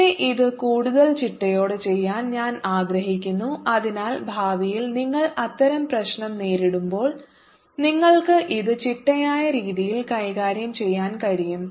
പക്ഷേ ഇത് കൂടുതൽ ചിട്ടയോടെ ചെയ്യാൻ ഞാൻ ആഗ്രഹിക്കുന്നു അതിനാൽ ഭാവിയിൽ നിങ്ങൾ അത്തരം പ്രശ്നം നേരിടുമ്പോൾ നിങ്ങൾക്ക് ഇത് ചിട്ടയായ രീതിയിൽ കൈകാര്യം ചെയ്യാൻ കഴിയും